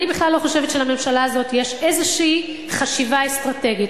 אני בכלל לא חושבת שלממשלה הזאת יש איזו חשיבה אסטרטגית,